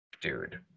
dude